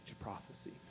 prophecy